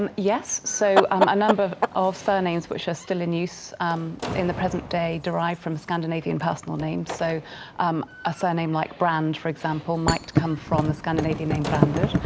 um yes, so um a number of surnames which are still in use in the present day derived from scandinavian personal name so um a surname like brand for example might come from the scandinavia name brandon,